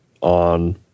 on